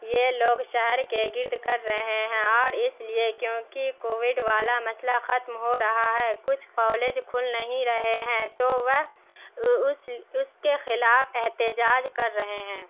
یہ لوگ شہر کے گرد کر رہے ہیں اور اس لئے کیوںکہ کووڈ والا مسئلہ ختم ہورہا ہے کچھ کالج کھل نہیں رہے ہیں تو وہ اس اس کے خلاف احتجاج کر رہے ہیں